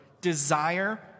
desire